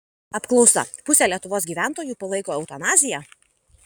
apklausa pusė lietuvos gyventojų palaiko eutanaziją